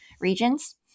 regions